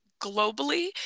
globally